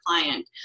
client